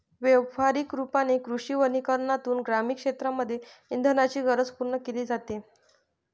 व्यवहारिक रूपाने कृषी वनीकरनातून ग्रामीण क्षेत्रांमध्ये इंधनाची गरज पूर्ण केली जाते